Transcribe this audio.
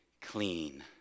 clean